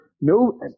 no